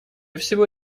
всего